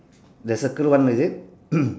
the circle one is it